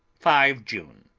five june.